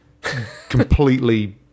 Completely